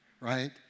right